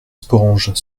sporanges